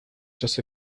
just